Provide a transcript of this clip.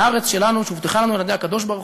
לארץ שלנו שהובטחה לנו על-ידי הקדוש-ברוך-הוא.